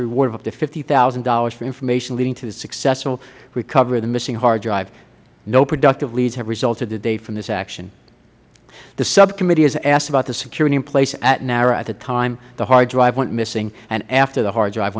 reward of up to fifty thousand dollars for information leading to the successful recovery of the missing hard drive no productive leads have resulted to date from this action the subcommittee has asked about the security in place at nara at the time the hard drive went missing and after the hard drive